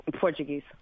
Portuguese